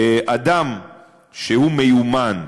אדם שהוא מיומן,